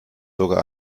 sogar